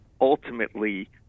ultimately